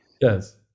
yes